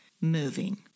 moving